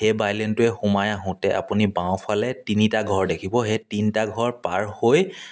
সেই বাইলেনটোৱে সোমাই আহোঁতে আপুনি বাওঁফালে তিনিটা ঘৰ দেখিব সেই তিনিটা ঘৰ পাৰ হৈ